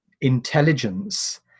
intelligence